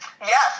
yes